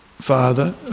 father